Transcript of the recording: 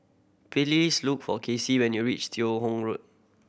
look for Casie when you reach Teo Hong Road